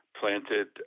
planted